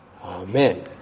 Amen